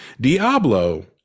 Diablo